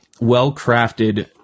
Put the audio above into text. well-crafted